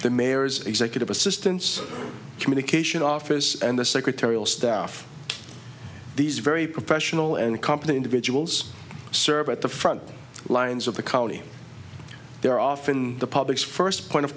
the mayor's executive assistants communication office and the secretarial staff these very professional and company individuals serve at the front lines of the county they're often the public's first point of